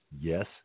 Yes